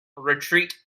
retreat